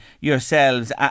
yourselves